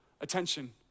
attention